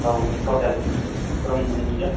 औ टटेल रुम मोन्नैजों